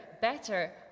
better